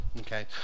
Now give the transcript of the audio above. okay